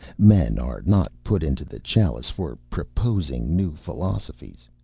men are not put into the chalice for proposing new philosophies.